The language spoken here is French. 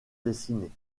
dessinée